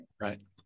Right